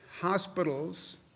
Hospitals